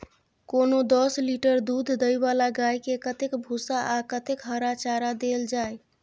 कोनो दस लीटर दूध दै वाला गाय के कतेक भूसा आ कतेक हरा चारा देल जाय?